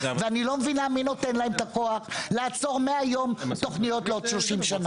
אני לא מבינה מי נותן להם את הכוח לעצור מהיום בתכניות לעוד 30 שנה.